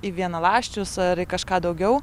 į vienaląsčius ar į kažką daugiau